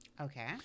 Okay